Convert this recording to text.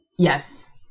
Yes